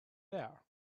there